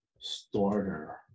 starter